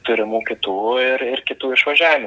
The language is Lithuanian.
turimų kitų ir ir kitų išvažiavimų